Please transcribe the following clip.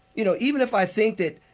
you know, even if i think that,